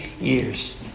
years